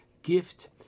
gift